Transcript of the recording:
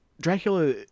dracula